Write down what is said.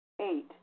Eight